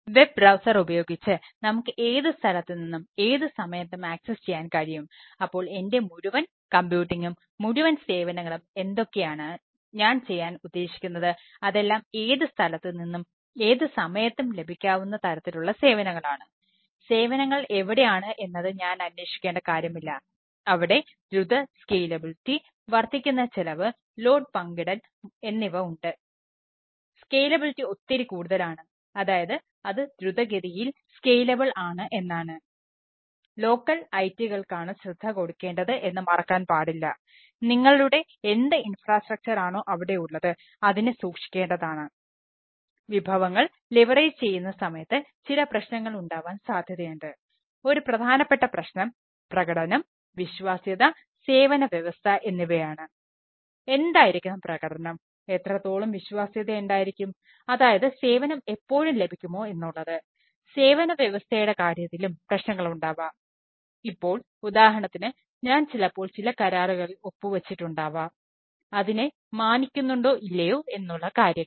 web browser ചെയ്യുന്ന സമയത്ത് ചില പ്രശ്നങ്ങൾ ഉണ്ടാവാൻ സാധ്യതയുണ്ട് ഒരു പ്രധാനപ്പെട്ട പ്രശ്നം പ്രകടനം വിശ്വാസ്യത സേവന വ്യവസ്ഥ എന്നിവയാണ് എന്തായിരിക്കണം പ്രകടനം എത്രത്തോളം വിശ്വാസ്യത ഉണ്ടായിരിക്കും അതായത് സേവനം എപ്പോഴും ലഭിക്കുമോ എന്നുള്ളത് സേവന വ്യവസ്ഥയുടെ കാര്യത്തിലും പ്രശ്നങ്ങളുണ്ടാവാം ഇപ്പോൾ ഉദാഹരണത്തിന് ഞാൻ ചിലപ്പോൾ ചില കരാറുകളിൽ ഒപ്പുവച്ചിട്ടുണ്ട് ആവാം അതിനെ മാനിക്കുന്നുണ്ടോ ഇല്ലയോ എന്നുള്ള കാര്യങ്ങൾ